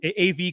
av